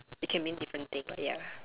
it can mean different thing but ya